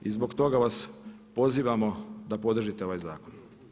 I zbog toga vas pozivamo da podržite ovaj zakon.